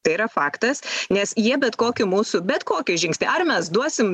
tai yra faktas nes jie bet kokį mūsų bet kokį žingsnį ar mes duosim